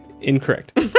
Incorrect